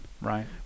Right